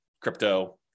crypto